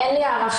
אין לי הערכה.